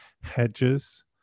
hedges